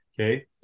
Okay